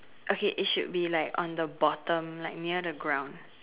okay it should be like on the bottom like near the ground